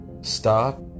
Stop